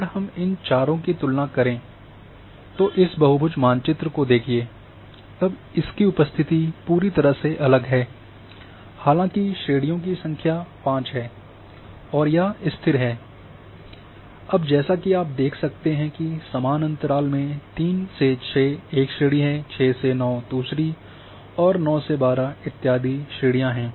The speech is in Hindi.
अगर हम इन चारों की तुलना करें और इस बहुभुज मानचित्र को देखें तब इसकी उपस्थिति पूरी तरह से अलग है हालांकि श्रेणियों की संख्या पांच है और यह स्थिर है अब जैसा कि आप देख सकते हैं कि समान अंतराल में 3 से 6 एक श्रेणी 6 से 9 दूसरी और 9 से 12 इत्यादि है